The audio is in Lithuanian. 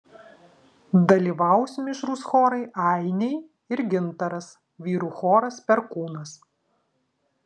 dalyvaus mišrūs chorai ainiai ir gintaras vyrų choras perkūnas